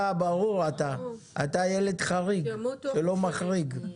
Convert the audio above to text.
אתה ברור, אתה ילד חריג שלא מחריג.